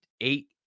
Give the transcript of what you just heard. eight